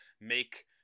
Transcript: make